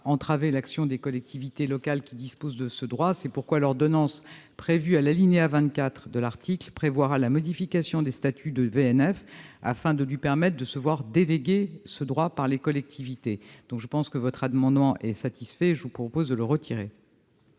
entraver l'action des collectivités locales qui disposent de ce droit. C'est pourquoi l'ordonnance prévue à l'alinéa 24 de l'article 37 modifiera les statuts de VNF afin de lui permettre de se voir déléguer ce droit par les collectivités. Votre amendement me paraît donc satisfait ; je vous propose donc de le retirer.